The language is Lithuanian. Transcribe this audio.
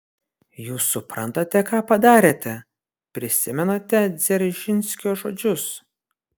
jūs suprantate ką padarėte prisimenate dzeržinskio žodžius